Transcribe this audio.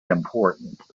important